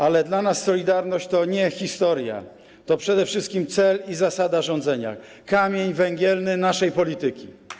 Ale dla nas solidarność to nie historia, to przede wszystkim cel i zasada rządzenia, kamień węgielny naszej polityki.